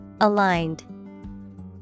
Aligned